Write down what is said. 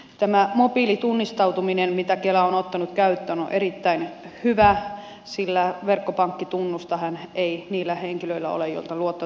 tämä mobiilitunnistautuminen minkä kela on ottanut käyttöön on erittäin hyvä sillä verkkopankkitunnustahan ei niillä henkilöillä ole joilta luottotiedot ovat menneet